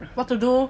what to do